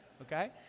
okay